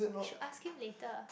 should ask him later